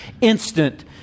instant